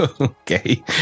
Okay